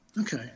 Okay